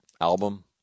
album